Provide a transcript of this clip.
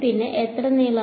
പിന്നെ എത്ര നീളം